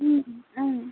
ओं ओं